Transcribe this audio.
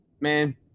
man